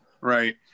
right